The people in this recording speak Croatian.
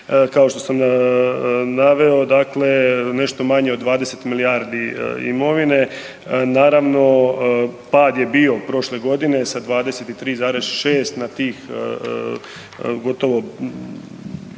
kao što sam naveo, dakle nešto manje od 20 milijardi imovine. Naravno pad je bio prošle godine sa 23,6 na tih gotovo